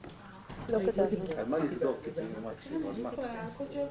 ניתוח, כולל מקרים ספציפיים.